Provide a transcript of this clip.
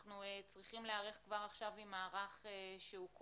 אנחנו צריכים להיערך כבר עכשיו עם מערך כולל,